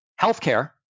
healthcare